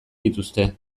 dituzte